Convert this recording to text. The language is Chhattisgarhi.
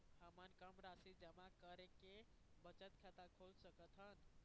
हमन कम राशि जमा करके बचत खाता खोल सकथन?